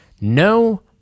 No